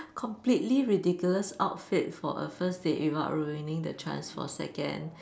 completely ridiculous outfit for a first date without ruining the chance for a second